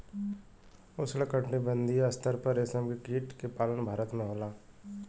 उष्णकटिबंधीय स्तर पर रेशम के कीट के पालन भारत में होला